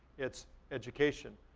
it's education,